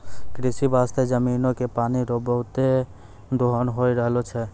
कृषि बास्ते जमीनो के पानी रो बहुते दोहन होय रहलो छै